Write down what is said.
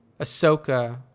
Ahsoka